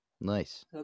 Nice